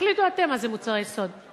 תחליטו אתם מהם מוצרי יסוד.